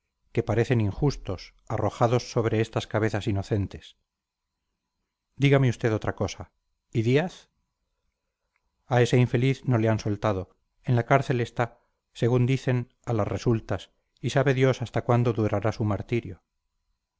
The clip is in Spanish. que parecen injustos arrojados sobre estas cabezas inocentes dígame usted otra cosa y díaz a ese infeliz no le han soltado en la cárcel está según dicen a las resultas y sabe dios hasta cuándo durará su martirio